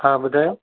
हा ॿुधायो